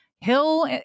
hill